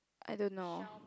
I don't know